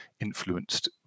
influenced